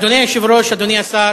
אדוני היושב-ראש, אדוני השר,